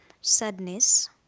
sadness